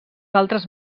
altres